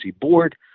board